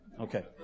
Okay